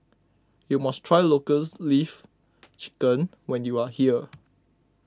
you must try Lotus Leaf Chicken when you are here